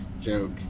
joke